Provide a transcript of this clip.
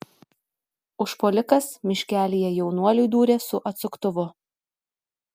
užpuolikas miškelyje jaunuoliui dūrė su atsuktuvu